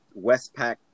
Westpac